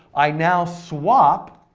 i now swap